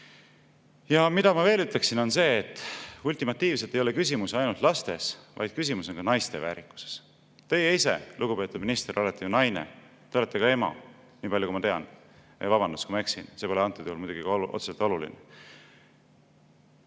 Ja mida ma veel ütleksin, on see, et ultimatiivselt ei ole küsimus ainult lastes, vaid küsimus on ka naiste väärikuses. Teie, lugupeetud minister, olete ju naine, te olete ka ema, nii palju kui ma tean. Vabandust, kui ma eksin, see pole antud juhul muidugi oluline.